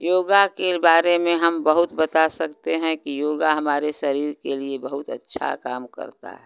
योग के बारे में हम बहुत बता सकते हैं कि योग हमारे शरीर के लिए बहुत अच्छा काम करता है